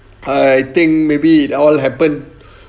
I think maybe it all happen